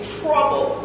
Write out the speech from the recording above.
trouble